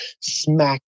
smack